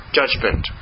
judgment